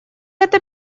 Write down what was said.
это